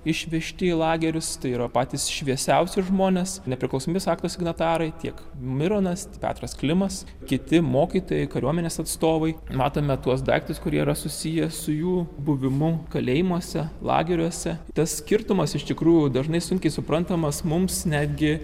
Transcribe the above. išvežti į lagerius tai yra patys šviesiausi žmonės nepriklausomybės akto signatarai tiek mironas petras klimas kiti mokytojai kariuomenės atstovai matome tuos daiktus kurie yra susiję su jų buvimu kalėjimuose lageriuose tas skirtumas iš tikrųjų dažnai sunkiai suprantamas mums netgi